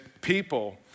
people